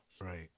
right